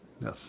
Yes